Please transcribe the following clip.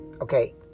Okay